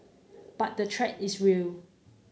but the threat is real